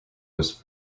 was